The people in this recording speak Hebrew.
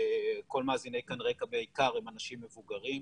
כל מאזיני 'כאן רקע' בעיקר הם אנשים מבוגרים.